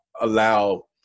allow